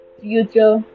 future